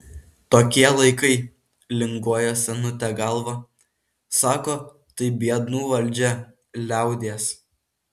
tokie laikai linguoja senutė galva sako tai biednų valdžia liaudies